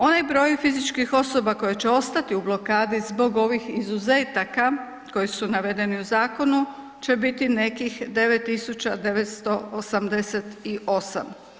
Onaj broj fizičkih osoba koje će ostati u blokadi zbog ovih izuzetaka koji su navedeni u zakonu će bit nekih 9 988.